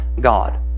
God